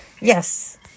Yes